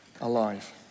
alive